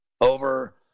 over